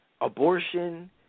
abortion